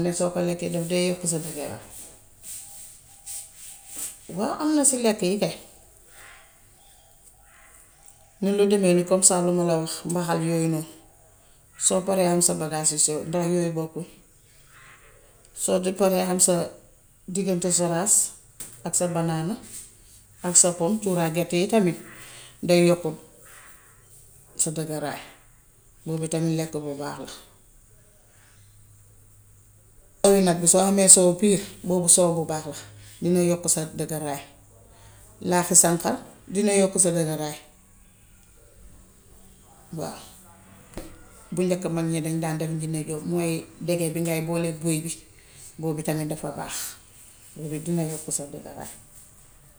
Xam ne soo ko lekkee daf dee yokku sa dëgëraay. Waaw am na si lekk yi kay. Muy yu deme ni comme ça yi ma la wax mbaxal yooyu noonu. Soo paree am sa bagaas yu sew ndax yooyu bokkul. Soo ci paree am sa diggante soraas ak sa banaana ak sa pom, cuuraay gerte yi tamit day yokku sa dëgëraay. Boo bi tamit lekk bu bax la. Nag bi, soo hamee soow piir, boobu soow bu baax la dina yokku sa dëgëraay, laax sànqal dina yokku sa dëgëraay waaw. Bu njëkk mag ñi dañ daan dem jëndi lool mooy dege bi ngay booleek buy bi. Boo bi tamit dafa baax. Boobu dina yokk sa dëgëraay.